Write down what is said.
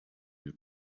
you